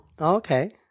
Okay